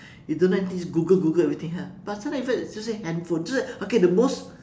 you don't know anything just google google everything ah but sometimes it even just say handphone just like okay the most